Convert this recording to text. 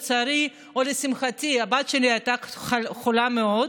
לצערי או לשמחתי הבת שלי הייתה חולה מאוד,